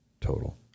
total